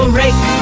rake